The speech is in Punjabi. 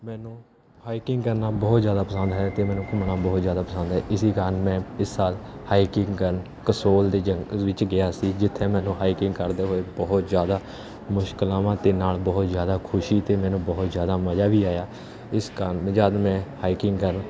ਮੈਨੂੰ ਹਾਈਕਿੰਗ ਕਰਨਾ ਬਹੁਤ ਜ਼ਿਆਦਾ ਪਸੰਦ ਹੈ ਅਤੇ ਮੈਨੂੰ ਘੁੰਮਣਾ ਬਹੁਤ ਜ਼ਿਆਦਾ ਪਸੰਦ ਹੈ ਇਸ ਕਾਰਨ ਮੈਂ ਇਸ ਸਾਲ ਹਾਈਕਿੰਗ ਕਰਨ ਕਸੋਲ ਦੇ ਜੰਗਲ ਵਿੱਚ ਗਿਆ ਸੀ ਜਿੱਥੇ ਮੈਨੂੰ ਹਾਈਕਿੰਗ ਕਰਦੇ ਹੋਏ ਬਹੁਤ ਜ਼ਿਆਦਾ ਮੁਸ਼ਕਿਲਾਂਵਾਂ ਅਤੇ ਨਾਲ ਬਹੁਤ ਜ਼ਿਆਦਾ ਖੁਸ਼ੀ ਅਤੇ ਮੈਨੂੰ ਬਹੁਤ ਜ਼ਿਆਦਾ ਮਜ਼ਾ ਵੀ ਆਇਆ ਇਸ ਕਾਰਨ ਜਦੋਂ ਮੈਂ ਹਾਈਕਿੰਗ ਕਰਨ